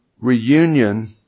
reunion